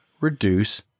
reduce